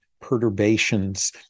perturbations